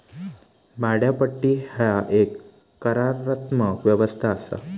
भाड्योपट्टी ह्या एक करारात्मक व्यवस्था असा